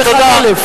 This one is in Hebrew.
שמעתי, תודה.